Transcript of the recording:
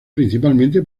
principalmente